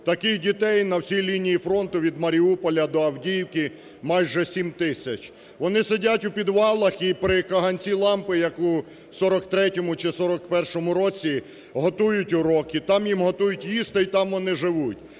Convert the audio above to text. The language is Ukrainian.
Таких дітей на всій лінії фронту від Маріуполя до Авдіївки майже 7 тисяч, вони сидять у підвалах і при каганці лампи, яку в 1943-у чи 1941-у році готують уроки, там їм готують їсти і там вони живуть,